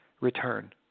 return